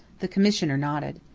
the commissioner nodded.